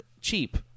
cheap